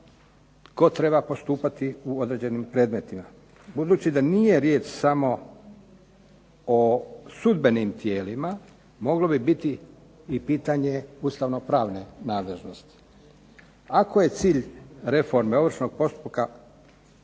tko treba postupati u određenim predmetima. Budući da nije riječ samo o sudbenim tijelima, moglo bi biti i pitanje ustavnopravne nadležnosti. Ako je cilj reforme ovršnog postupka